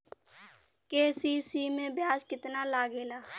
KCC में ब्याज कितना लागेला?